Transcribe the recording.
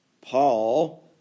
Paul